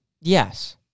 Yes